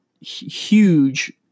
huge